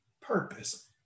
purpose